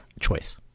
choice